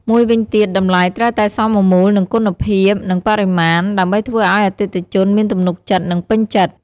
មួយវិញទៀត តម្លៃត្រូវតែសមមូលនឹងគុណភាព និងបរិមាណ ដើម្បីធ្វើឱ្យអតិថិជនមានទំនុកចិត្ត និងពេញចិត្ត។